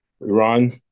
Iran